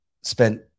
spent